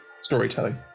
Storytelling